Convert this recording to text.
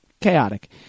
chaotic